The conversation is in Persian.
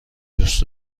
دوست